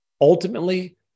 ultimately